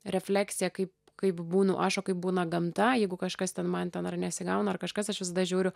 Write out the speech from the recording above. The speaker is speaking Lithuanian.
refleksiją kai kaip būnu aš o kaip būna gamta jeigu kažkas ten man ten ar nesigauna ar kažkas aš visada žiūriu